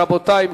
רבותי,